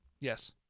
Yes